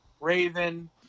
Raven